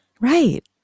Right